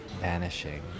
vanishing